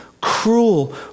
cruel